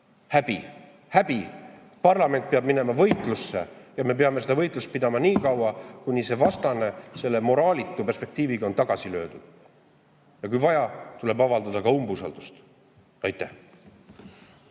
Häbi! Häbi! Parlament peab minema võitlusse ja me peame seda võitlust pidama nii kaua, kuni see vastane selle moraalitu perspektiiviga on tagasi löödud. Ja kui vaja, tuleb avaldada ka umbusaldust. Aitäh!